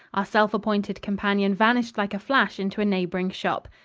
our self-appointed companion vanished like a flash into a neighboring shop.